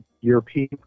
European